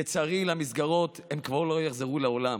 לצערי, למסגרות הם כבר לא יחזרו לעולם.